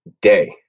day